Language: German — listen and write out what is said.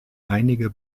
einige